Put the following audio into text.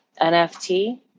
NFT